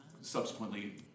subsequently